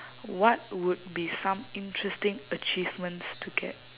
what would be some interesting achievements to get